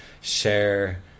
share